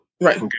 Right